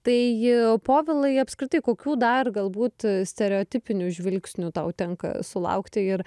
tai povilai apskritai kokių dar galbūt stereotipinių žvilgsnių tau tenka sulaukti ir